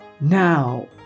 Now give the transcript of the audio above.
now